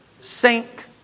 sink